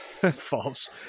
False